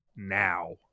now